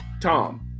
Tom